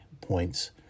points